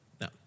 No